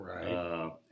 Right